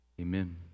Amen